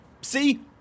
See